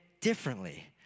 differently